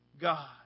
God